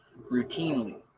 routinely